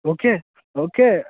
okay okay